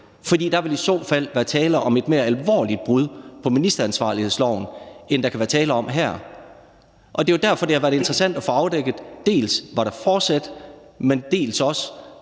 For der vil i så fald være tale om et mere alvorligt brud på ministeransvarlighedsloven, end der kan være tale om her. Det er jo derfor, det har været interessant at få afdækket, dels om der var forsæt, dels om